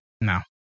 no